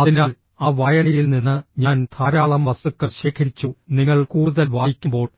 അതിനാൽ ആ വായനയിൽ നിന്ന് ഞാൻ ധാരാളം വസ്തുക്കൾ ശേഖരിച്ചു നിങ്ങൾ കൂടുതൽ വായിക്കുമ്പോൾ